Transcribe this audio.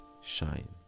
shine